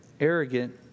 arrogant